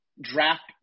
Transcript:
draft